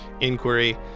inquiry